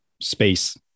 space